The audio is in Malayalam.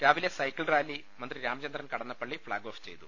രാവിലെ സൈക്കിൾ റാലി മന്ത്രി രാമചന്ദ്രൻ കടന്നപ്പള്ളി ഫ്ളാഗ് ഓഫ് ചെയ്തു